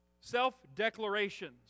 self-declarations